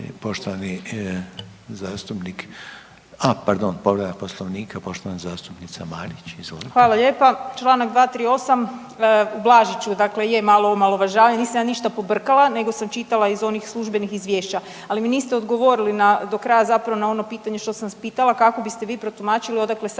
Poštovani zastupnik, a pardon povreda Poslovnika poštovana zastupnica Marić. Izvolite. **Marić, Andreja (SDP)** Hvala lijepa. Čl. 238. ublažit ću dakle je malo omalovažavanje, nisam ja ništa pobrkala nego sam čitala iz onih službenih izvješća. Ali mi niste odgovorili do kraja zapravo na ono pitanje što sam vas pitala, kako biste vi protumačili odakle sada